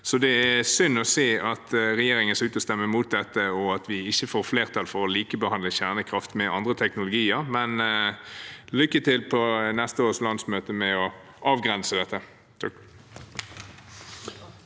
Det er synd å se at regjeringen ser ut til å stemme mot dette, og at vi ikke får flertall for å likebehandle kjernekraft med andre teknologier – men lykke til på neste års landsmøte med å avgrense dette.